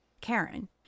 Karen